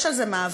יש על זה מאבק.